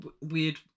weird